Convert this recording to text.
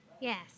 Yes